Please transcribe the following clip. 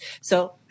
So-